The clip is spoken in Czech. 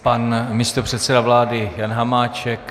Pan místopředseda vlády Jan Hamáček.